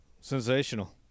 sensational